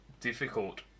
difficult